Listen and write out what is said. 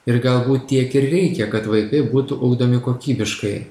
ir galbūt tiek ir reikia kad vaikai būtų ugdomi kokybiškai